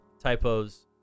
typos